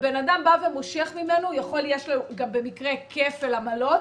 ובן אדם בא ומושך ממנו, יש לו גם במקרה כפל עמלות